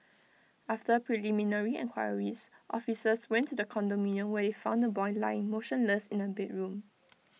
after preliminary enquiries officers went to the condominium where IT found the boy lying motionless in A bedroom